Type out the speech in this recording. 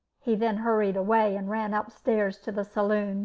he then hurried away and ran upstairs to the saloon